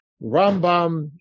Rambam